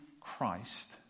Christ